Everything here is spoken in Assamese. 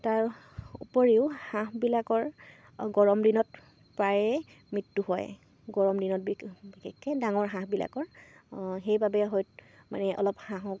তাৰ উপৰিও হাঁহবিলাকৰ গৰম দিনত প্ৰায়ে মৃত্যু হয় গৰম দিনত বিশেষকে ডাঙৰ হাঁহবিলাকৰ সেইবাবে হয়তো মানে অলপ হাঁহক